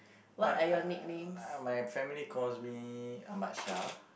what I I my family calls me Ahmad Shah